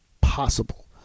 possible